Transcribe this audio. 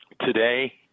Today